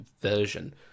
version